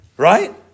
Right